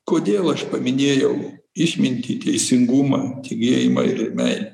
kodėl aš paminėjau išmintį teisingumą tikėjimą ir meilę